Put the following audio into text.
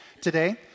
today